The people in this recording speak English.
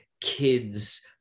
kids